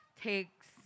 takes